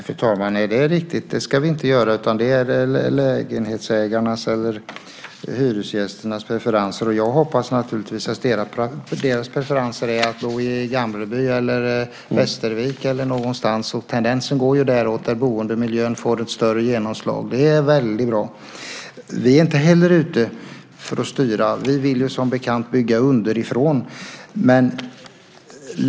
Herr talman! Det är riktigt. Det ska vi inte göra, utan det handlar om lägenhetsägarnas eller hyresgästernas preferenser. Jag hoppas naturligtvis att deras preferenser är att bo i Gamleby, Västervik eller något liknande. Tendensen går däråt och att boendemiljön får ett större genomslag. Det är väldigt bra. Vi är inte heller ute efter att styra. Vi vill som bekant bygga underifrån.